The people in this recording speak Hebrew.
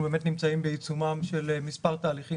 אנחנו נמצאים בעיצומם של מספר תהליכים